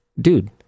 Dude